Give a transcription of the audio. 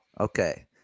Okay